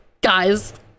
guys